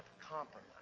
compromise